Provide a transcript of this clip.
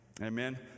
Amen